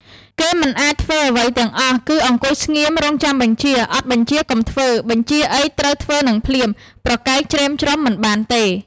គេមិនអាចធ្វើអ្វីទាំងអស់ គឺអង្គុយស្ងៀមរងចាំបញ្ជា អត់បញ្ជាកុំធ្វើ បញ្ជាអីត្រូវធ្វើនឹងភ្លាម ប្រកែកច្រេមច្រុមមិនបានទេ។